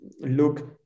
look